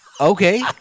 okay